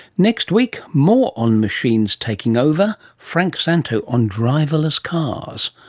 next week more on machines taking over frank szanto on driverless cars.